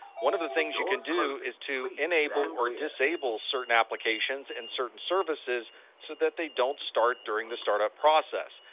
one of the things you could do is to enable or disable certain applications and certain services so that they don't start during the startup process.